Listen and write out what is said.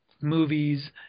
movies